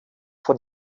von